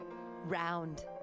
round